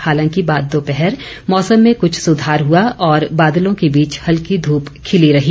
हालांकि बाद दोपहर मौसम में कुछ सुधार हुआ और बादलों के बीच हल्की धूप खिली रही